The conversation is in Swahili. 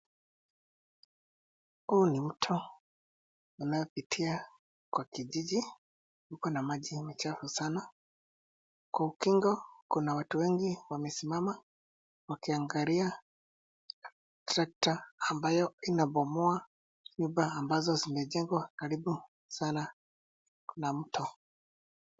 Huu ni mto inayopitia kwa kijiji, iko na maji machafu sana, kwa ukingo kuna watu wengi wameismama wakianaglia trekta ambayo inabomoa nyumba ambazo zimejengwa karibu sana na mto.